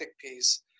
piece